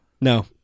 No